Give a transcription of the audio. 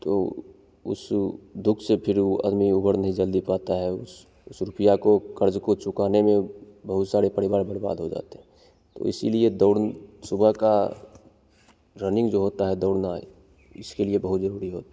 तो उस दुख से फिर उ आदमी उभर नहीं जल्दी पाता है उस उस रुपया को कर्ज को चुकाने में बहुत सारे परिवार बर्बाद हो जाते है तो इसीलिए दौड़न सुबह का रनिंग जो होता है दौड़ना इसके लिए बहुत जरुरी होता है